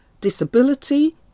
disability